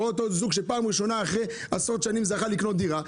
או אותו זוג שפעם ראשונה אחרי עשרות שנים זכה לקנות דירה.